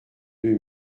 deux